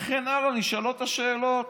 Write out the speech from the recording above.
וכן הלאה נשאלות השאלות.